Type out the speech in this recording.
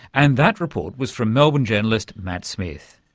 and that report was from melbourne journalist matt smith.